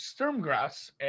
Sturmgrass